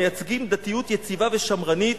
המייצגים דתיות יציבה ושמרנית,